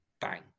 Bang